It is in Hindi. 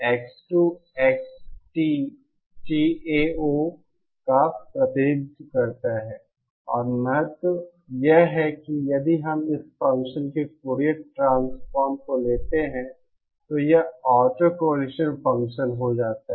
X2 XTTao का प्रतिनिधित्व करता है और महत्व यह है कि यदि हम इस फ़ंक्शन के फूरियर ट्रांसफॉर्म को लेते हैं तो यह ऑटोकॉरलेशन फ़ंक्शन हो जाता है